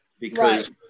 because-